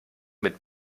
mit